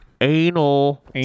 anal